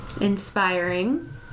inspiring